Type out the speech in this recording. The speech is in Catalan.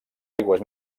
aigües